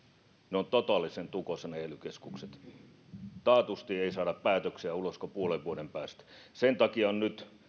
ne ely keskukset ovat totaalisen tukossa taatusti ei saada päätöksiä ulos kuin puolen vuoden päästä sen takia on nyt